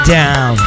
down